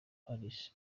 paris